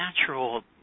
natural